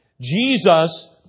Jesus